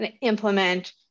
implement